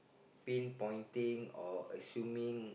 pinpointing or assuming